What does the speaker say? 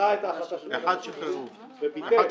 דחה את ההחלטה של בית המשפט לערעורים וביטל,